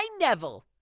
Neville